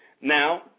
Now